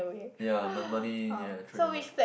yea my money yea I threw it away